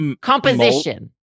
Composition